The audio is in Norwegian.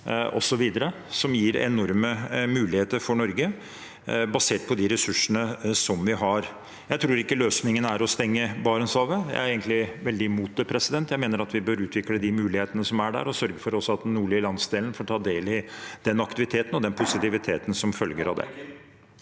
osv., som gir enorme muligheter for Norge basert på de ressursene som vi har. Jeg tror ikke løsningen er å stenge Barentshavet. Jeg er egentlig veldig imot det. Jeg mener at vi bør utvikle de mulighetene som er der, og sørge for at også den nordlige landsdelen får ta del i den aktiviteten og den positiviteten som følger av